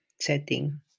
setting